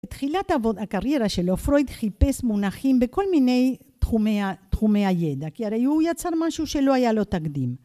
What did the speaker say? בתחילת הקריירה שלו, פרויד חיפש מונחים בכל מיני תחומי הידע, כי הרי הוא יצר משהו שלא היה לו תקדים.